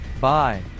Bye